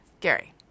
Gary